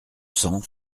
cents